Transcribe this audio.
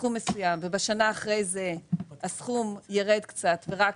בסכום מסוים ובשנה אחרי זה הסכום ירד קצת ורק